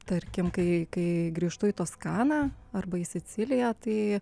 tarkim kai kai grįžtu į toskaną arba į siciliją tai